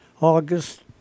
August